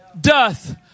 doth